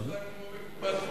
צריך לעשות כמו בקופת-חולים,